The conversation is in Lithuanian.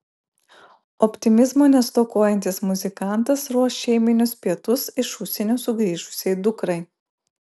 optimizmo nestokojantis muzikantas ruoš šeiminius pietus iš užsienio sugrįžusiai dukrai